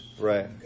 Right